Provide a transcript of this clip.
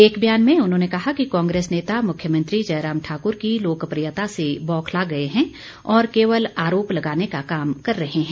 एक बयान में उन्होंने कहा कि कांग्रेस नेता मुख्यमंत्री जयराम ठाक्र की लोकप्रियता से बोखला गए हैं और केवल आरोप लगाने का काम कर रहे हैं